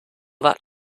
that